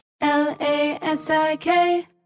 L-A-S-I-K